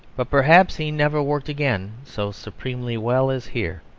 but perhaps he never worked again so supremely well as here,